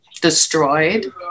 destroyed